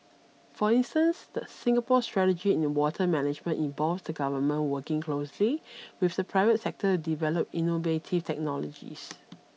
for instance the Singapore's strategy in water management involves the Government working closely with the private sector to develop innovative technologies